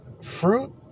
fruit